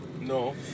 No